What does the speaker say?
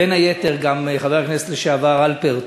בין היתר, גם חבר הכנסת לשעבר הלפרט